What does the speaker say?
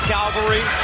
Calvary